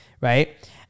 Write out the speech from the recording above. right